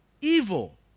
evil